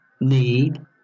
need